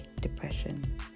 depression